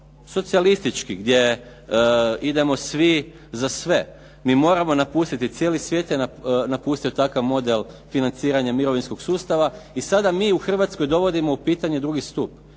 socijalistički, gdje idemo svi za sve? Mi moramo napustiti, cijeli svijet je napustio takav model financiranja mirovinskog sustava i sada mi u Hrvatskoj dovodimo u pitanje drugi stup.